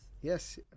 yes